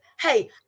Hey